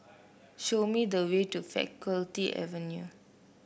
show me the way to Faculty Avenue